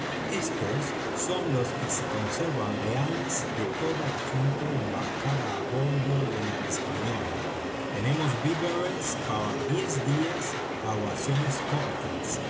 estos son los que se conservan leales de toda la gente embarcada á bordo de la española tenemos víveres para diez días á raciones cortas